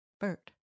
Bert